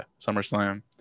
SummerSlam